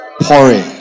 Pouring